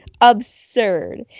absurd